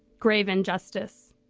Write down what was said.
grave injustice